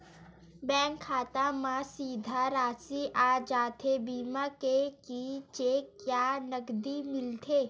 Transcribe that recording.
Bank खाता मा सीधा राशि आ जाथे बीमा के कि चेक या नकदी मिलथे?